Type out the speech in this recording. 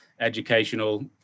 educational